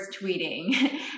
tweeting